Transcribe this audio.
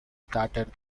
started